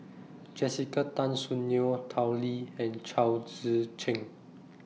Jessica Tan Soon Neo Tao Li and Chao Tzee Cheng